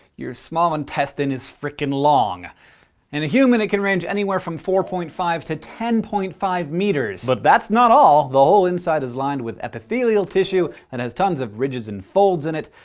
your small intestine is frickin' long in a human, it can range anywhere from four point five to ten point five meters. but that's not all! the whole inside is lined with epithelial tissue that and has tons of ridges and folds in it.